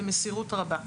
ובמסירות רבה,